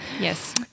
Yes